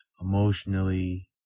emotionally